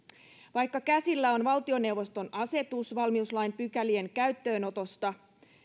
vaikka käsillä on valtioneuvoston asetus valmiuslain pykälien käyttöönotosta